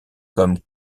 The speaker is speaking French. comme